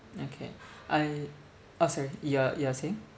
okay I orh sorry you're you're saying